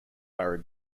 are